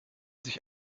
sich